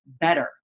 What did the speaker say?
better